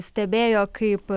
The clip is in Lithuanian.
stebėjo kaip